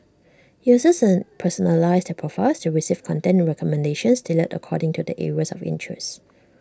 users personalise their profiles to receive content recommendations tailored according to their areas of interest